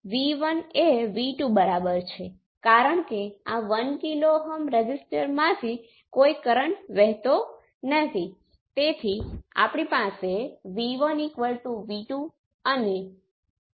દાખલા તરીકે જો તમે y11 ને જુઓ તો તમે 2 બાય 2 મેટ્રિક્સને ઉલટાવીને આ કરી શકો છો y11 એ z22 દ્વારા બહાર આવે છે આ ∆ z નો અર્થ z પેરામિટર મેટ્રિક્સનો નિર્ધારક છે